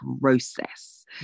process